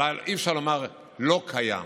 אבל אי-אפשר לומר: לא קיים,